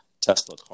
Tesla